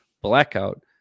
blackout